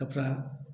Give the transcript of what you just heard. कपड़ा